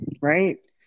right